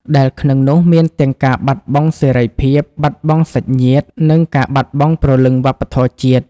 ដែលក្នុងនោះមានទាំងការបាត់បង់សេរីភាព បាត់បង់សាច់ញាតិ និងការបាត់បង់ព្រលឹងវប្បធម៌ជាតិ។